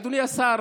אדוני השר,